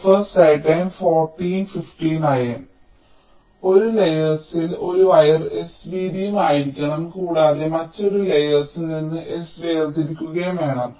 ഒരേ ലയേഴ്സിൽ ഒരു വയർ s വീതിയും ആയിരിക്കണം കൂടാതെ മറ്റൊരു ലയേഴ്സിൽ നിന്ന് s വേർതിരിക്കുകയും വേണം